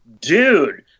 dude